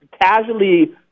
casually